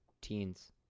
teens